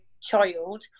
child